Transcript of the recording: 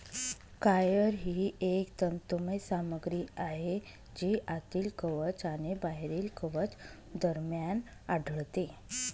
coir ही एक तंतुमय सामग्री आहे जी आतील कवच आणि बाहेरील कवच दरम्यान आढळते